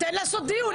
תן לעשות דיון.